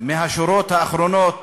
מהשורות האחרונות